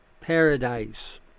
paradise